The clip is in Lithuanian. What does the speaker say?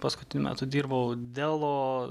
paskutiniu metu dirbau delo